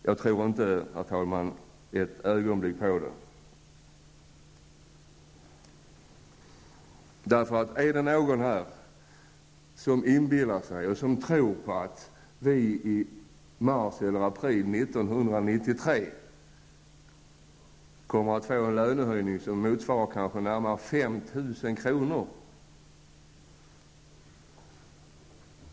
Jag tror inte ett ögonblick på det, herr talman. Är det någon här som inbillar sig att vi i mars eller april 1993 kommer att få en löneförhöjning som motsvarar närmare 5 000 kr.?